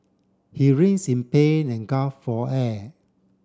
he in pain and for air